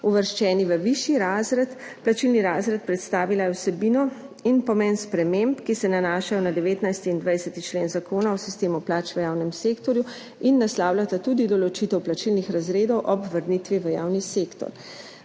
uvrščeni v višji plačilni razred. Predstavila je vsebino in pomen sprememb, ki se nanašajo na 19. in 20. člen Zakona o sistemu plač v javnem sektorju in naslavljata tudi določitev plačilnih razredov ob vrnitvi v javni sektor.